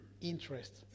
interest